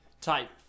Type